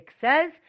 says